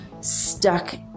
stuck